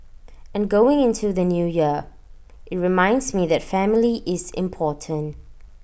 and going into the New Year IT reminds me that family is important